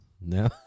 No